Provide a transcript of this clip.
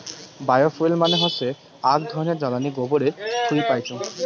bio fuel মানে হৈসে আক ধরণের জ্বালানী গোবরের থুই পাইচুঙ